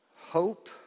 Hope